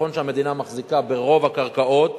נכון שהמדינה מחזיקה ברוב הקרקעות,